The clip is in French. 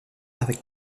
avec